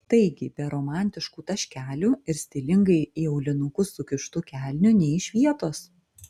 taigi be romantiškų taškelių ir stilingai į aulinukus sukištų kelnių nė iš vietos